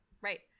Right